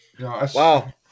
Wow